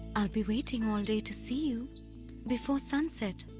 i'll be waiting all day to see you before sunset!